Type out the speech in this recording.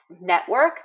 network